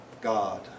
God